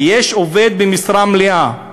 יש עובד במשרה מלאה.